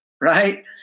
right